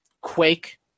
Quake